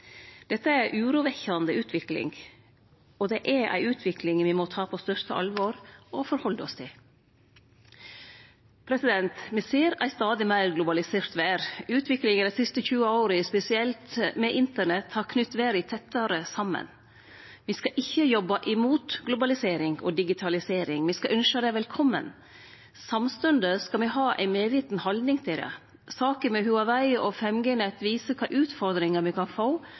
Dette er ei urovekkjande utvikling, og det er ei utvikling me må ta på største alvor og forhalde oss til. Me ser ei stadig meir globalisert verd. Utviklinga dei siste 20 åra – spesielt med internett – har knytt verda tettare saman. Me skal ikkje jobbe imot globalisering og digitalisering, me skal ynskje det velkomme. Samstundes skal me ha ei medviten haldning til det. Saka med Huawei og 5G-nett viser kva utfordringar me kan få